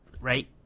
right